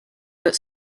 but